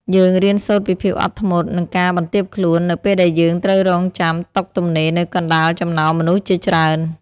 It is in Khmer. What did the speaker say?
យើងរៀនសូត្រពីភាពអត់ធ្មត់ និងការបន្ទាបខ្លួន នៅពេលដែលយើងត្រូវរង់ចាំតុទំនេរនៅកណ្តាលចំណោមមនុស្សជាច្រើន។